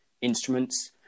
Instruments